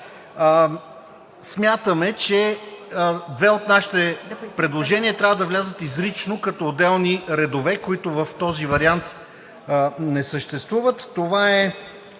смятаме, че две от нашите предложения трябва да влязат изрично като отделни редове, които в този вариант не съществуват.